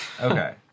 Okay